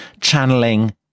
channeling